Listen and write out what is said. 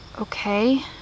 Okay